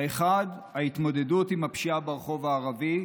האחד, ההתמודדות עם הפשיעה ברחוב הערבי,